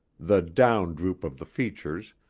the down-droop of the features,